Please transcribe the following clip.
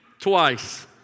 Twice